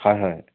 হয় হয়